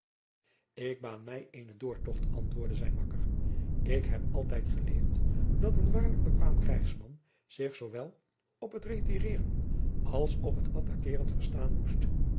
ik baan mij eenen doortocht antwoordde zijn makker ik heb altijd geleerd dat een waarlijk bekwaam krijgsman zich zoowel op het retireeren als op het attakeeren verstaan moest